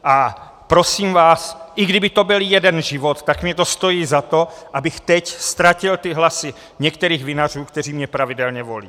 A prosím vás, i kdyby to byl jeden život, tak mně to stojí za to, abych teď ztratil ty hlasy některých vinařů, kteří mě pravidelně volí.